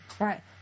right